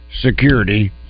security